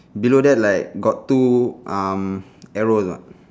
below there like got two um arrows or not